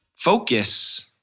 Focus